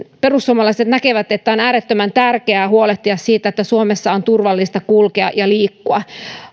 perussuomalaiset näkevät että on äärettömän tärkeää huolehtia siitä että suomessa on turvallista kulkea ja liikkua